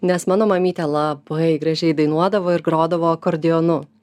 nes mano mamytė labai gražiai dainuodavo ir grodavo akordeonu